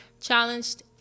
challenged